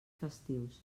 festius